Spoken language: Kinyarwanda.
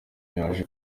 yaje